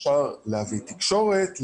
אפשר להביא תקשורת,